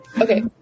okay